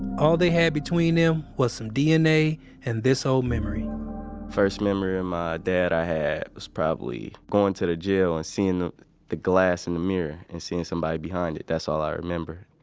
all they had between them was some dna and this old memory first memory of my dad i have was probably going to the jail and seeing the the glass and the mirror and seeing somebody behind it. that's all i remember.